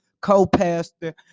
co-pastor